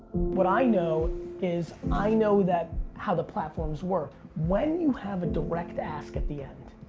what i know is i know that how the platforms work. when you have a direct ask at the end,